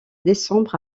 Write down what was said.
décembre